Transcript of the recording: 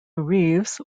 reeves